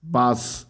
পাঁচ